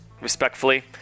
respectfully